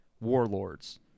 warlords